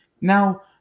Now